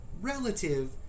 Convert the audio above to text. relative